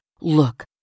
Look